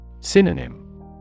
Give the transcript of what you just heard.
Synonym